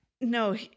No